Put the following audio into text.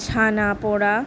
ছানা পোড়া